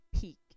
peak